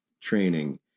training